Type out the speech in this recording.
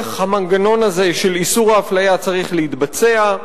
איך המנגנון הזה של איסור האפליה צריך להתבצע,